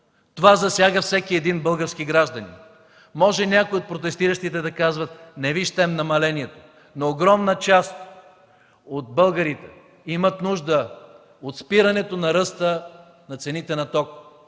Това засяга всеки един български гражданин. Може някои от протестиращите да кажат: „Не виждам намалението”, но огромна част от българите имат нужда от спирането на ръста на цените на ток,